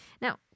Now